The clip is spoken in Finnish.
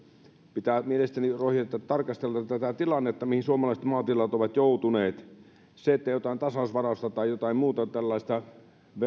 pitää mielestäni rohjeta tarkastella tätä tilannetta mihin suomalaiset maatilat ovat joutuneet se että jotain tasausvarausta tai jotain muuta tällaista